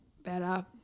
better